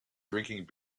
drinking